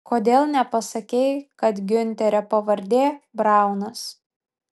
kodėl nepasakei kad giunterio pavardė braunas